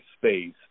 space